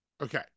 Okay